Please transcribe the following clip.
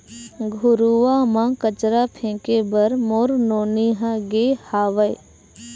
घुरूवा म कचरा फेंके बर मोर नोनी ह गे हावय